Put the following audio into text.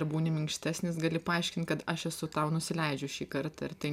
ir būni minkštesnis gali paaiškint kad aš esu tau nusileidžiu šį kartą ar tai